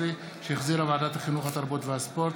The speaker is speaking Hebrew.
2018, שהחזירה ועדת החינוך, התרבות והספורט,